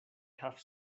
have